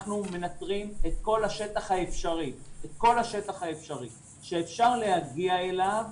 אנחנו מנטרים את כל השטח האפשרי שאפשר להגיע אליו